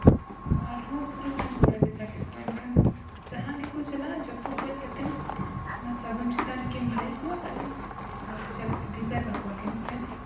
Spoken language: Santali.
ᱟᱨ ᱦᱚᱸ ᱯᱩᱨᱟᱹ ᱥᱟᱸᱜᱮ ᱦᱚᱲᱮ ᱵᱷᱮᱡᱟ ᱠᱮᱫ ᱠᱚᱣᱟ ᱮᱱᱠᱷᱟᱱ ᱫᱚ ᱡᱟᱦᱟᱸᱭ ᱜᱮᱠᱚ ᱪᱟᱞᱟᱜᱼᱟ ᱡᱚᱛᱚ ᱜᱚᱡ ᱠᱟᱛᱮ ᱚᱱᱟ ᱥᱟᱫᱚᱢ ᱪᱮᱛᱟᱱ ᱨᱮᱠᱤᱱ ᱵᱷᱟᱹᱨᱤ ᱠᱚᱣᱟ ᱟᱨ ᱵᱷᱮᱡᱟ ᱠᱟᱠᱚᱣᱟᱠᱤᱱ ᱥᱮ